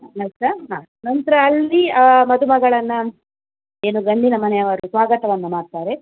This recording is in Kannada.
ನಂತರ ಹಾಂ ನಂತರ ಅಲ್ಲಿ ಆ ಮದುಮಗಳನ್ನು ಏನು ಗಂಡಿನ ಮನೆಯವರು ಸ್ವಾಗತವನ್ನು ಮಾಡ್ತಾರೆ